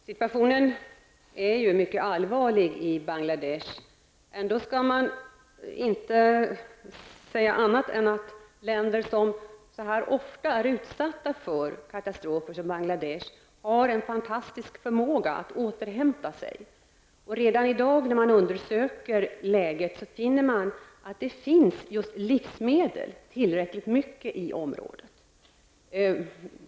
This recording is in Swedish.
Herr talman! Situationen i Bangladesh är ju mycket allvarlig. Man skall dock inte säga annat än att länder som Bangladesh som ofta är utsatta för katastrofer har en fantastisk förmåga att återhämta sig. Man har när man undersökt läget funnit att det redan i dag finns tillräckligt med livsmedel i området.